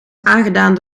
aangedaan